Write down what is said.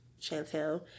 Chantel